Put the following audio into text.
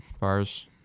bars